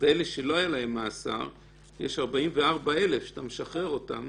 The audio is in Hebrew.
אז 44,000 הם אלה שלא היה להם מאסר ואתה משחרר אותם.